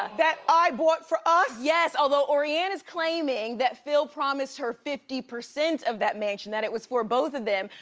that i bought for us? yes, although orianna is claiming that phil promised her fifty percent of that mansion, that it was for both of them.